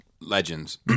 Legends